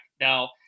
Now